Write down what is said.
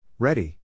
Ready